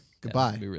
Goodbye